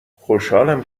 خوشحالم